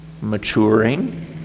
maturing